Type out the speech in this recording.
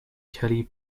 kelly